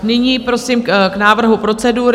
Nyní prosím k návrhu procedury.